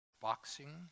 boxing